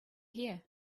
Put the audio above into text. here